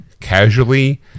casually